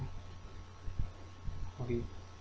okay